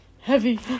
Heavy